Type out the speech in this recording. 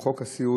עם חוק הסיעוד,